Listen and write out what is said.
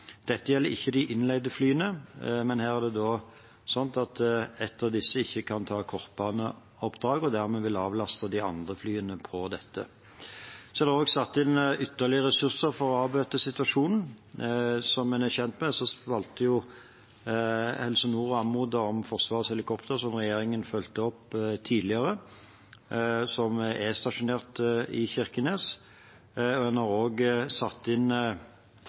Dette gjelder ikke de innleide flyene, men her er det sånn at et av disse ikke kan ta kortbaneoppdrag og dermed avlaste de andre flyene på dette. Det er også satt inn ytterligere ressurser for å avbøte situasjonen. Som en er kjent med, valgte Helse Nord å anmode om Forsvarets helikopter – noe som regjeringen fulgte opp tidligere – som er stasjonert i Kirkenes. En har også satt inn